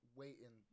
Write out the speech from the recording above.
waiting